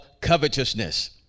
covetousness